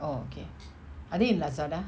oh okay are they in lazada